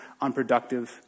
unproductive